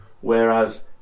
whereas